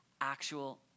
actual